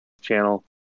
channel